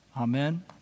Amen